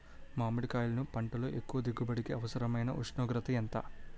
మామిడికాయలును పంటలో ఎక్కువ దిగుబడికి అవసరమైన ఉష్ణోగ్రత ఎంత?